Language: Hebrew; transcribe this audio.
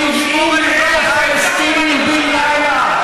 70,000 פלסטינים בן-לילה,